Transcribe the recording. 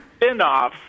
spinoff